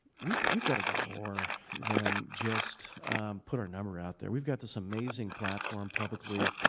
we've we've got to do more than just put our number out there. we've got this amazing platform, publicly,